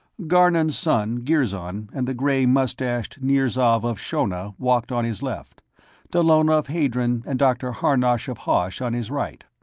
garnon's son, girzon, and the gray-mustached nirzav of shonna, walked on his left dallona of hadron and dr. harnosh of hosh on his right.